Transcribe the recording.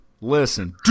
listen